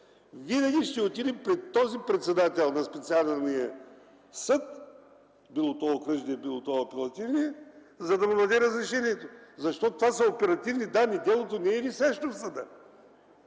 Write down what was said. винаги ще отиде при този председател на специалния съд, било то Окръжния, било то Апелативния, за да му даде разрешението. Това са оперативни данни, делото не е висящо в съда,